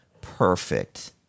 perfect